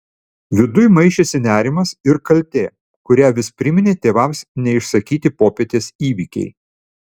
viduj maišėsi nerimas ir kaltė kurią vis priminė tėvams neišsakyti popietės įvykiai